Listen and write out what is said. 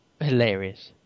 hilarious